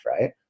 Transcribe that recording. Right